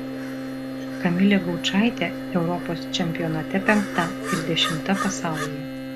kamilė gaučaitė europos čempionate penkta ir dešimta pasaulyje